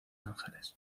ángeles